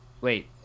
Wait